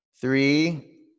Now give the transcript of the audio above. three